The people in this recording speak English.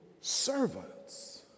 Servants